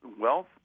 wealth